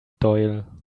doyle